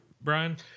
Brian